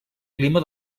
clima